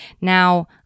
Now